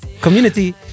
community